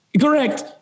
Correct